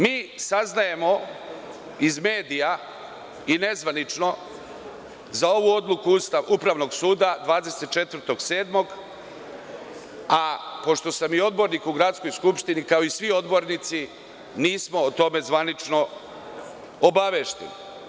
Mi saznajemo iz medija i nezvanično za ovu odluku Upravnog suda 24.07, a pošto sam i odbornik u gradskoj Skupštini, kao i svi odbornici nismo o tome zvanično obavešteni.